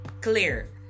clear